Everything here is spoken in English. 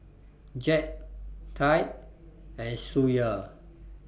Jett Taj and Schuyler